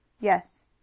Yes